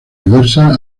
diversas